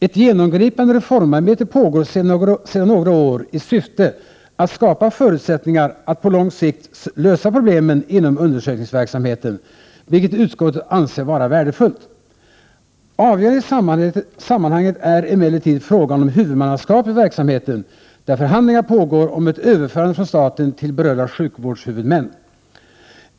Ett genomgripande reformarbete pågår sedan några år i syfte att skapa förutsättningar att på lång sikt lösa problemen inom undersökningsverksamheten, vilket utskottet anser vara värdefullt. Avgörande i sammanhanget är emellertid frågan om huvudmannaskapet för verksamheten, där förhandlingar pågår om ett överförande från staten till berörda sjukvårdshuvudmän.